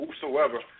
whosoever